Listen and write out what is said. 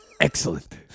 Excellent